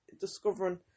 discovering